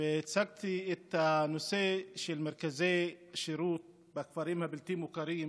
והצגתי את הנושא של מרכזי השירות בכפרים הבלתי-מוכרים,